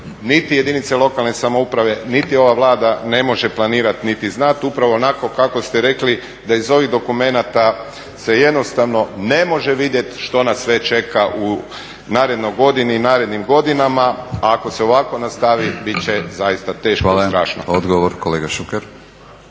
niti jedinice lokalne samouprave niti ova Vlada ne može planirati niti znati. Upravo onako kako ste rekli da iz ovih dokumenata se jednostavno ne može vidjeti što nas sve čeka u narednoj godini i godinama. A ako se ovako nastavi bit će zaista teško i strašno. **Batinić, Milorad